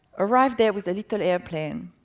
arrive there with a little airplane,